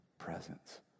presence